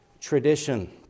tradition